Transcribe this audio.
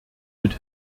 mit